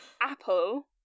Apple